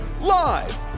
live